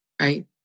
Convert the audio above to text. right